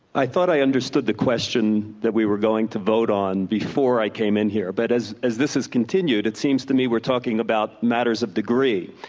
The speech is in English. i thought i understood the question that we were going to vote on before i came in here. but as as this is continued, it seems to me we're talking about matters of degrees.